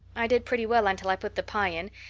i did pretty well until i put the pie in,